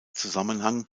zusammenhang